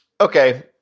okay